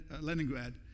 Leningrad